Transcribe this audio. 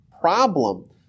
problem